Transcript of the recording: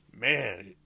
man